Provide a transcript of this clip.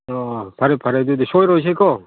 ꯑꯣ ꯐꯔꯦ ꯐꯔꯦ ꯑꯗꯨꯗꯤ ꯁꯣꯏꯔꯣꯏꯁꯤꯀꯣ